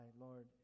Lord